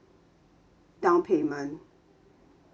downpayment